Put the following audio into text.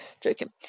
joking